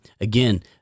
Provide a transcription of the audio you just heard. Again